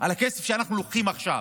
על הכסף שאנחנו לוקחים עכשיו.